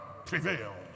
Prevail